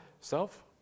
Self